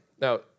Now